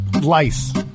lice